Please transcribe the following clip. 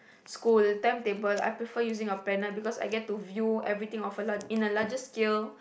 school timetable I prefer a planner because I get to view everything of a in a larger scale